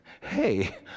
hey